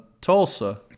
Tulsa